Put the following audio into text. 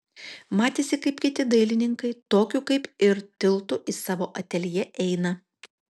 matėsi kaip kiti dailininkai tokiu kaip ir tiltu į savo ateljė eina